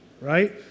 right